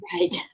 Right